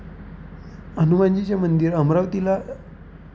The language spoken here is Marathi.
हनुमानजीचे मंदिर अमरावतीला